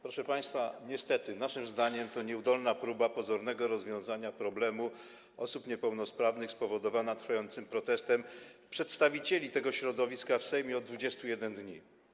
Proszę państwa, niestety naszym zdaniem jest to nieudolna próba pozornego rozwiązania problemu osób niepełnosprawnych spowodowana protestem przedstawicieli tego środowiska w Sejmie trwającym od 21 dni.